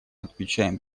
отмечаем